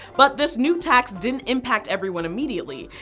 but this new tax didn't impact everyone immediately.